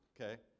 okay